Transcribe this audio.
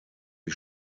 die